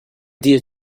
dear